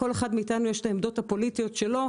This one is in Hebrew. לכל אחד מאיתנו יש את העמדות הפוליטיות שלו,